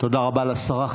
תודה רבה לשרה.